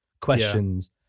questions